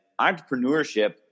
entrepreneurship